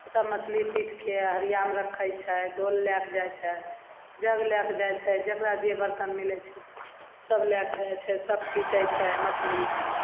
सब मछली पीटके हरियामे रखय छै दोल लए कऽ जाइ छै जग लए कऽ जाइ छै जकरा जे बर्तन मिलय छै सब लए कऽ जाइ छै सब पीटय छै मछली